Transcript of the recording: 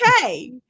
okay